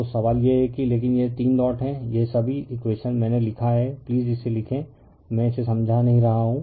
तो सवाल यह है कि लेकिन यह 3 डॉट हैं यह सभी इकवेशन मैंने लिखा है प्लीज इसे लिखें मैं इसे समझा नहीं रहा हूं